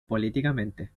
políticamente